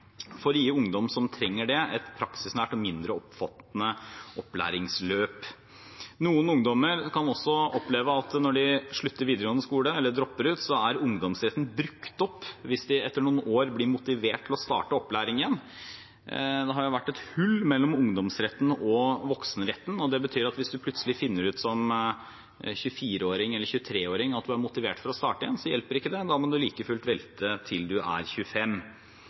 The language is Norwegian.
for å gi ungdom som trenger det, et praksisnært og mindre omfattende opplæringsløp. Noen ungdommer kan også oppleve at når de slutter på videregående skole eller dropper ut, er ungdomsretten brukt opp hvis de etter noen år blir motivert til å starte i opplæring igjen. Det har vært et hull mellom ungdomsretten og voksenretten. Det betyr at hvis man plutselig som 23- eller 24-åring finner ut at man er motivert for å starte igjen, hjelper ikke det. Da må man like fullt vente til man er 25